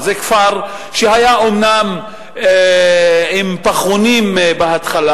זה כפר שהיה אומנם עם פחונים בהתחלה,